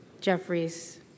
Jeffries